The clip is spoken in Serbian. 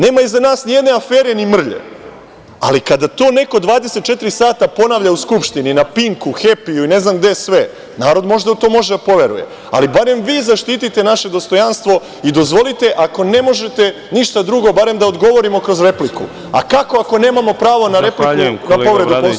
Nema iza nas ni jedne afere ni mrlje, ali kada to neko 24 sata ponavlja u Skupštini, na „Pinku“, „Hepiu“ i ne znam gde sve, narod možda može u to da poveruje, ali barem vi zaštitite naše dostojanstvo i dozvolite, ako ne možete ništa drugo, barem da odgovorimo kroz repliku, a kako ako nemamo pravo na repliku, na povredu Poslovnika.